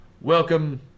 welcome